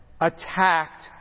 attacked